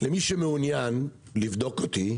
מי שמעוניין לבדוק אותי